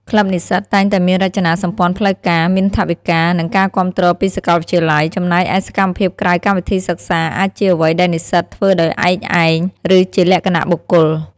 ក្លឹបនិស្សិតតែងតែមានរចនាសម្ព័ន្ធផ្លូវការ មានថវិកា និងការគាំទ្រពីសាកលវិទ្យាល័យ ចំណែកឯសកម្មភាពក្រៅកម្មវិធីសិក្សាអាចជាអ្វីដែលនិស្សិតធ្វើដោយឯកឯង ឬជាលក្ខណៈបុគ្គល។